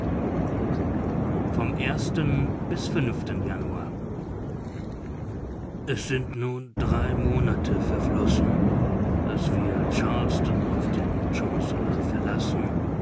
vom bis januar es sind nun drei monate verflossen daß wir charleston auf dem chancellor verlassen